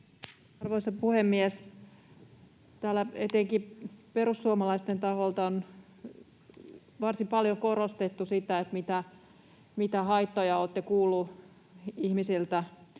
Arvoisa puhemies! Täällä etenkin perussuomalaisten taholta on varsin paljon korostettu niitä haittoja, mitä olette kuulleet ihmisiltä